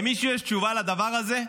למישהו יש תשובה על הדבר הזה?